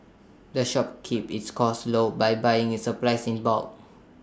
the shop keeps its costs low by buying its supplies in bulk